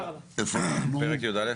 י"א